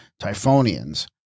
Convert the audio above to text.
Typhonians